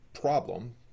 problem